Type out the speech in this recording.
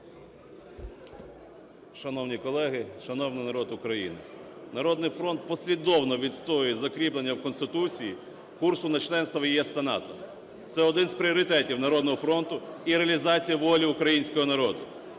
Шановні колеги, шановний народ України! "Народний фронт" послідовно відстоює закріплення в Конституції курсу на членство в ЄС та НАТО. Це один з пріоритетів "Народного фронту" і реалізація волі українського народу.